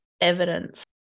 evidence